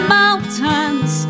mountains